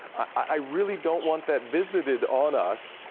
i really don't want that visited on us.